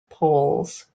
poles